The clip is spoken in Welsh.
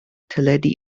teledu